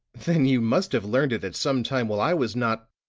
then you must have learned it at some time while i was not